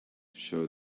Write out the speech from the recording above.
show